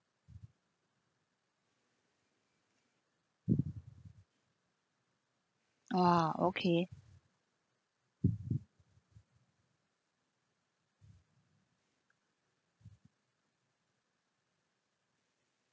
!wah! okay